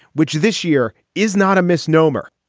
which this year is not a misnomer.